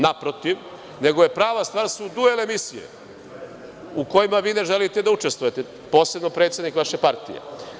Naprotiv, prava stvar su duel emisije u kojima vi ne želite da učestvujete, posebno predsednik vaše partije.